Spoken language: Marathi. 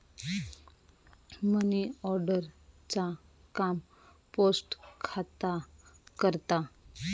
मनीऑर्डर चा काम पोस्ट खाता करता